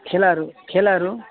खेलाहरू खेलाहरू